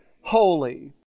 holy